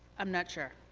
i'm not sure.